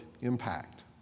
impact